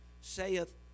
saith